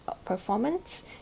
performance